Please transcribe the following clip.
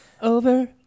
over